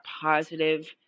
positive